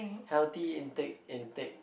healthy intake intake